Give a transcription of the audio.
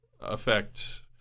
Affect